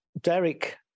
Derek